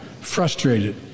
frustrated